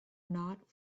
not